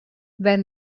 when